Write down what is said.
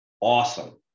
awesome